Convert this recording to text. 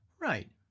Right